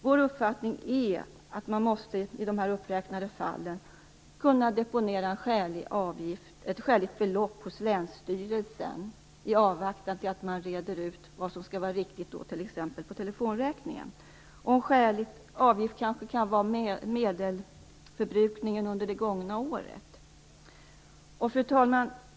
Vår uppfattning är att man i dessa uppräknade fall skall kunna deponera ett skäligt belopp hos länsstyrelsen i avvaktan på en utredning om vad som är riktigt, t.ex. när det gäller telefonräkningen. En skälig avgift kanske kan beräknas på medelförbrukningen under det gångna året. Fru talman!